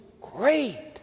great